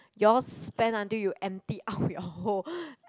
you all spend until you empty out your hole